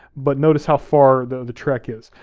but notice how far the trek is.